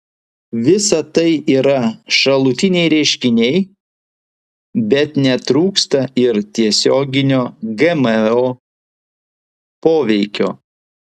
visa tai yra šalutiniai reiškiniai bet netrūksta ir tiesioginio gmo poveikio